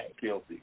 guilty